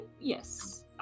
yes